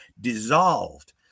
dissolved